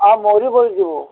অঁ মহৰীয়ে কৰি দিব